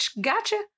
gotcha